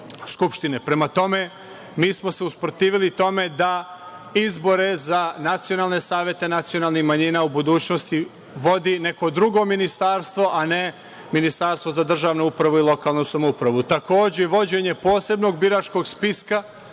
skupštine. Prema tome, mi smo se usprotivili tome da izbore za nacionalne savete nacionalnih manjina u budućnosti vodi neko drugo ministarstvo, a ne Ministarstvo za državnu upravu i lokalnu samoupravu. Takođe, vođenje posebnog biračkog spiska